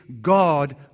God